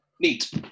NEAT